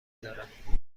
دارم